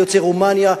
כיוצאי רומניה,